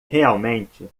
realmente